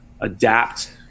adapt